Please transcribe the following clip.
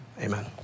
amen